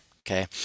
Okay